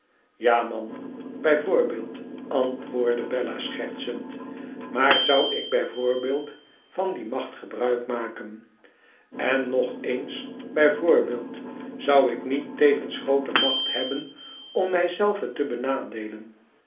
ja man bij voorbeeld antwoordde bella schertsend maar zou ik bij voorbeeld van die macht gebruik makan n nog eens bij voorbeeld zou ik niet tevens groote macht hebben om mij zelve te benadeelen